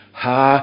ha